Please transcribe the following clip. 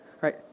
right